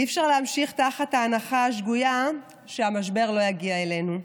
אי-אפשר להמשיך ככה עם ההנחה השגויה שהמשבר לא יגיע אלינו.